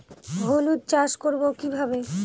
হলুদ চাষ করব কিভাবে?